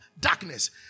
Darkness